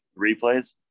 replays